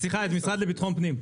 סליחה, את המשרד לביטחון פנים.